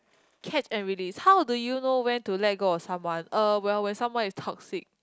catch and release how do you know when to let go of someone uh well when someone is toxic